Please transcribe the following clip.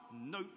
No